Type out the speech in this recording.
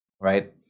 right